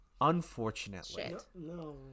Unfortunately